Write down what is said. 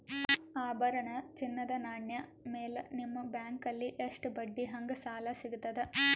ಆಭರಣ, ಚಿನ್ನದ ನಾಣ್ಯ ಮೇಲ್ ನಿಮ್ಮ ಬ್ಯಾಂಕಲ್ಲಿ ಎಷ್ಟ ಬಡ್ಡಿ ಹಂಗ ಸಾಲ ಸಿಗತದ?